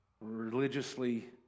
religiously